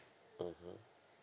mmhmm